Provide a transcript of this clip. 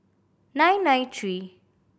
nine nine three